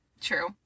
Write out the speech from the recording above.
True